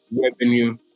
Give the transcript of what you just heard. revenue